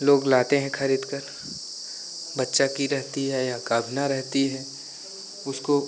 लोग लाते हैं खरीदकर बच्चा की रहती है या गाभिना रहती है उसको